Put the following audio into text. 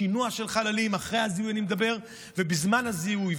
שינוע של חללים אחרי הזיהוי ובזמן הזיהוי,